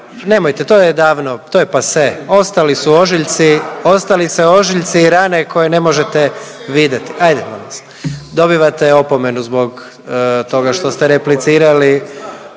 nemojte, to je davno, to je passe. Ostali su ožiljci, ostali se ožiljci i rane koje ne možete videti. Ajde, molim vas, dobivate opomenu zbog toga što ste replicirali,